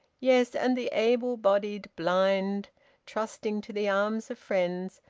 yes, and the able-bodied blind trusting to the arms of friends,